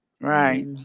Right